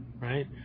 right